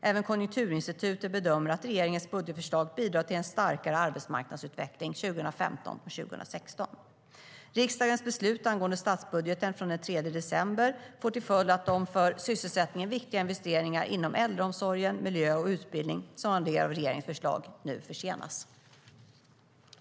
Även Konjunkturinstitutet bedömer att regeringens budgetförslag bidrar till en starkare arbetsmarknadsutveckling 2015 och 2016.